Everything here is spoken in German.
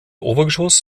obergeschoss